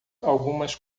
algumas